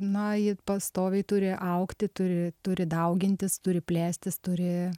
na ji pastoviai turi augti turi turi daugintis turi plėstis turi